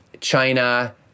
China